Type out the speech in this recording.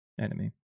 enemy